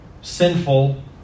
sinful